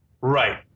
Right